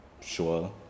Sure